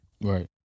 Right